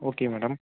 okay madam